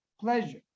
pleasure